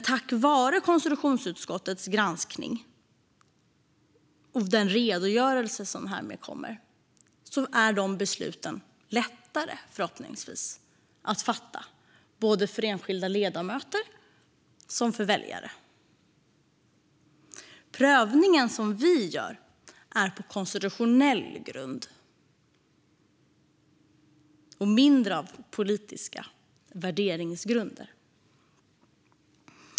Tack vare konstitutionsutskottets granskningar och redogörelser är besluten förhoppningsvis lättare att fatta för såväl enskilda ledamöter som väljare. Prövningen som vi gör är på konstitutionell grund och mindre av politiska värderingsgrunder.